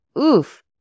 oof